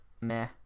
meh